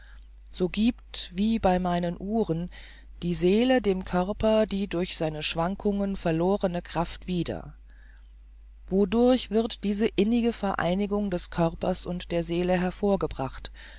so giebt wie bei meinen uhren die seele dem körper die durch seine schwankungen verlorene kraft wieder wodurch wird diese innige vereinigung des körpers und der seele hervorgebracht